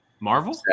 Marvel